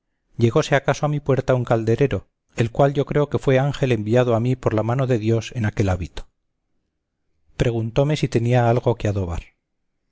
lugar llegóse acaso a mi puerta un calderero el cual yo creo que fue ángel enviado a mí por la mano de dios en aquel hábito preguntóme si tenía algo que adobar